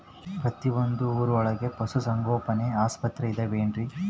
ಪ್ರತಿಯೊಂದು ಊರೊಳಗೆ ಪಶುಸಂಗೋಪನೆ ಆಸ್ಪತ್ರೆ ಅದವೇನ್ರಿ?